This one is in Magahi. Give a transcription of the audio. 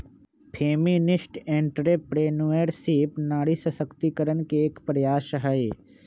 फेमिनिस्ट एंट्रेप्रेनुएरशिप नारी सशक्तिकरण के एक प्रयास हई